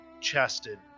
chested